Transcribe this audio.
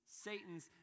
Satan's